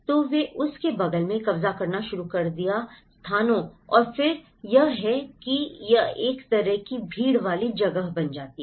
तो वे उस के बगल में कब्जा करना शुरू कर दिया स्थानों और फिर यह है कि यह एक तरह की भीड़ वाली जगह बन जाती है